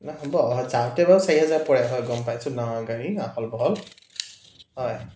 নাই হ'ব যাওঁতে বাৰু চাৰি হাজাৰ পৰে হয় গম পাইছোঁ ডাঙৰ গাড়ী আহল বহল হয়